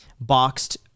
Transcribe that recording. boxed